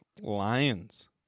Lions